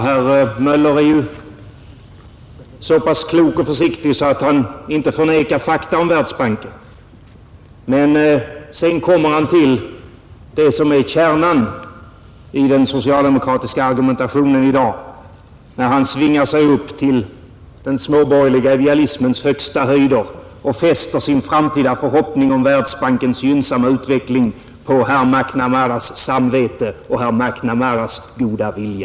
Herr Möller är så pass klok och försiktig att han inte förnekar fakta om Världsbanken. Men sedan kommer han till det som är kärnan i den socialdemokratiska argumentationen i dag, när han svingar sig upp till den småborgerliga idealismens högsta höjder och fäster sin förhoppning om Världsbankens framtida gynnsamma utveckling vid herr MacNamaras samvete och goda vilja.